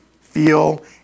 feel